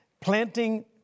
planting